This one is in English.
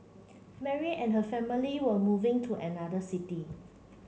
Mary and her family were moving to another city